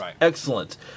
excellent